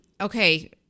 okay